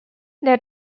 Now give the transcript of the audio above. their